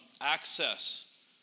access